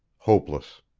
hopeless.